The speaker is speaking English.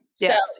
yes